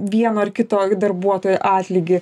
vieno ar kito darbuotojo atlygį